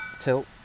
Tilt